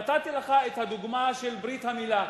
נתתי לך את הדוגמה של ברית המילה.